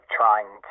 trying